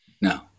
no